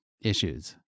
issues